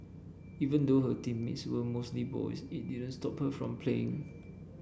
even though her teammates were mostly boys it didn't stop her from playing